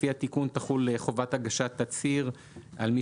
לפי התיקון תחול חובת הגשת תצהיר על מי